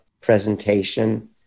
presentation